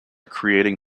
creating